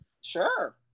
Sure